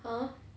!huh!